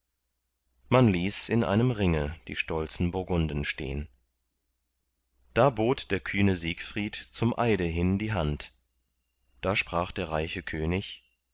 man ließ in einem ringe die stolzen burgunden stehn da bot der kühne siegfried zum eide hin die hand da sprach der reiche könig